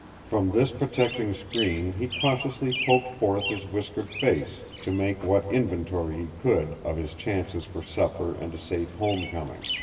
from this protecting screen he cautiously poked forth his whiskered face, to make what inventory he could of his chances for supper and a safe home-coming.